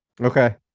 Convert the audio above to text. Okay